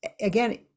again